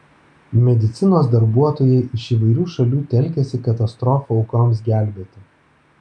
medicinos darbuotojai iš įvairių šalių telkiasi katastrofų aukoms gelbėti